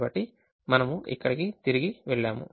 కాబట్టి మనము ఇక్కడకు తిరిగి వెళ్ళాము